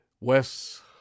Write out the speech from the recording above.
Wes